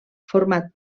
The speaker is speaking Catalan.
format